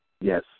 Yes